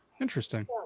Interesting